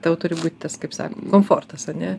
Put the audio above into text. tau turi būti tas kaip sako komfortas a ne